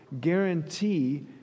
guarantee